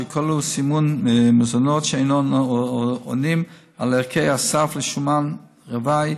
אשר כללו סימון מזונות שאינם עונים על דרישת ערכי הסף לשומן רווי,